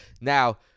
Now